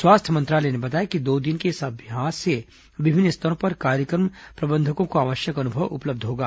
स्वास्थ्य मंत्रालय ने बताया कि दो दिन के इस अभ्यास से विभिन्न स्तरों पर कार्यक्रम प्रबंधकों को आवश्यक अनुभव उपलब्ध होगा